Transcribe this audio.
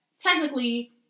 technically